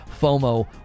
FOMO